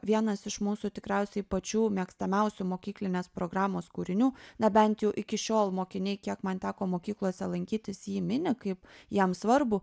vienas iš mūsų tikriausiai pačių mėgstamiausių mokyklinės programos kūrinių na bent jau iki šiol mokiniai kiek man teko mokyklose lankytis jį mini kaip jam svarbų